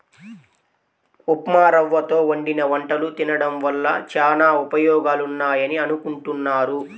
ఉప్మారవ్వతో వండిన వంటలు తినడం వల్ల చానా ఉపయోగాలున్నాయని అనుకుంటున్నారు